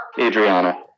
Adriana